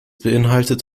beinhaltet